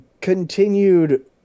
continued